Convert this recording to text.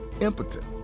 impotent